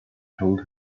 told